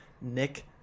nick